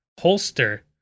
holster